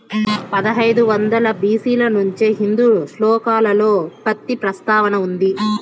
పదహైదు వందల బి.సి ల నుంచే హిందూ శ్లోకాలలో పత్తి ప్రస్తావన ఉంది